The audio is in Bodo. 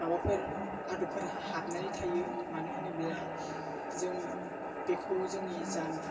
माबाफोर आदबफोर हाबनानै थायो मानो होनोब्ला जों बेखौ जोंनि जान